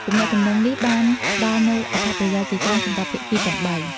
ទំនាក់ទំនងនេះបានផ្តល់នូវអត្ថប្រយោជន៍ជាច្រើនសម្រាប់ភាគីទាំងបី។